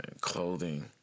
clothing